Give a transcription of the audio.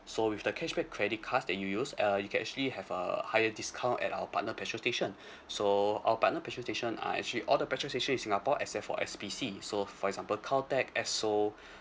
so with the cashback credit cards that you use uh you can actually have a higher discount at our partnered petrol station so our partnered petrol station are actually all the petrol station is singapore except for S_P_C so for example caltex esso